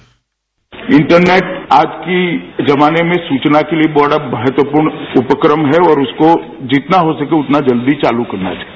bite internet आज के जमाने में सूचना के लिए बड़ा महत्वपूर्ण उपक्रम है और उसको जितना हो सके उतना जल्दी चालू करना चाहिए